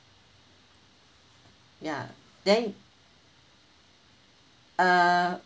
ya then uh